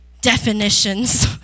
definitions